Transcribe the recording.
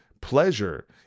pleasure